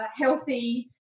healthy